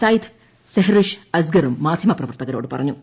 സയിദ് സെഹറിഷ് അസ്ഗറും മാധ്യമപ്രവർത്തകരോട് പറഞ്ഞു